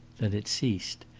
then it ceased,